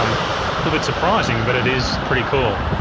um little bit surprising but it is pretty cool.